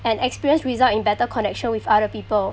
an experience result in better connection with other people